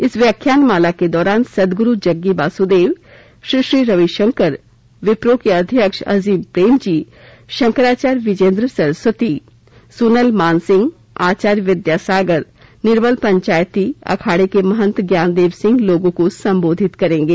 इस व्याख्यानमाला के दौरान सद्गुरु जग्गी वासुदेव श्री श्री रविशंकर विप्रो के अध्यक्ष अजीम प्रेमजी शंकराचार्य विजयेंद्र सरस्वती सोनल मानसिंह आचार्य विद्यासागर निर्मल पंचायती अखाड़े के महंत ज्ञानदेव सिंह लोगों को संबोधित करेंगे